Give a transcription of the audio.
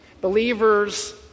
Believers